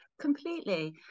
completely